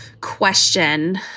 question